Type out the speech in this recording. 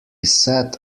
sat